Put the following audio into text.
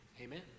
Amen